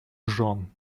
жен